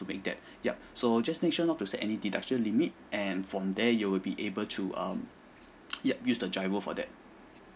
make that yup so just make sure not to set any deduction limit and from there you will be able to um yup use the GIRO for that